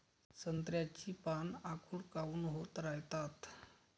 संत्र्याची पान आखूड काऊन होत रायतात?